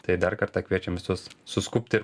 tai dar kartą kviečiam visus suskubti